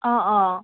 ꯑꯥ ꯑꯥ